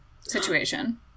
Situation